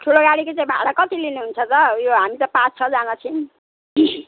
ठुलो गाडीको चाहिँ भाडा कति लिनुहुन्छ त यो हामी त पाँच छजना छौँ